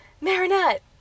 Marinette